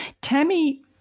Tammy